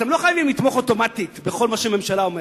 אתם לא חייבים לתמוך אוטומטית בכל מה שהממשלה אומרת.